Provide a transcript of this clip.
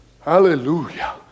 Hallelujah